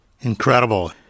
Incredible